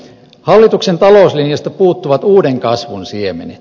hallituksen talouslinjasta puuttuvat uuden kasvun siemenet